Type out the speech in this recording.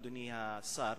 אדוני השר,